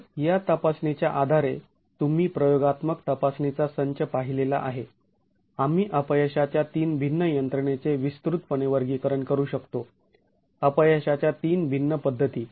तर या तपासणीच्या आधारे तुम्ही प्रयोगात्मक तपासणीचा संच पाहिलेला आहे आम्ही अपयशाच्या तीन भिन्न यंत्रणेचे विस्तृतपणे वर्गीकरण करु शकतो अपयशाच्या तीन भिन्न पद्धती